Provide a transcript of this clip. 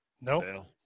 Nope